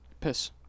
piss